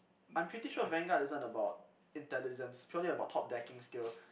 I'm pretty sure vanguard isn't about intelligence purely about top decking skills